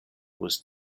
was